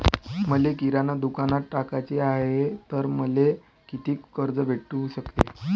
मले किराणा दुकानात टाकाचे हाय तर मले कितीक कर्ज भेटू सकते?